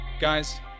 guys